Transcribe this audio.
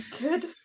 Good